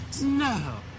No